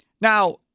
Now